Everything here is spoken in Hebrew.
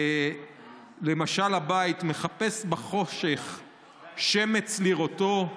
למשל בבית: "מחפש בחושך שמץ לראותו,